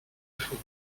fois